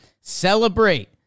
celebrate